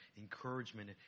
encouragement